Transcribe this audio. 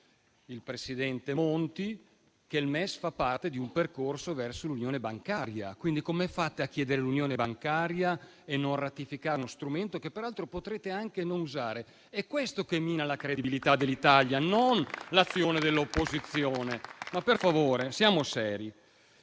il presidente Monti, che il MES fa parte di un percorso verso l'unione bancaria. Come fate, quindi, a chiedere l'unione bancaria e a non ratificare uno strumento che peraltro potrete anche non usare? È questo che mina la credibilità dell'Italia, non l'azione dell'opposizione. Per favore, siamo seri.